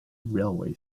railway